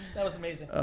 that was amazing.